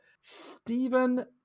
Stephen